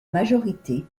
majorité